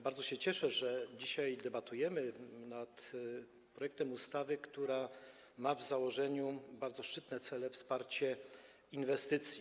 Bardzo się cieszę, że dzisiaj debatujemy nad projektem ustawy, która w założeniu ma bardzo szczytne cele - wsparcie inwestycji.